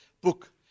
book